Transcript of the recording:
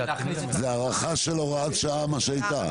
זאת הארכה של הוראת שעה שהייתה.